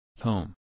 Home